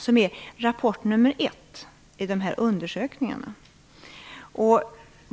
Det är rapport nr 1 i dessa undersökningar.